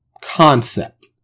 concept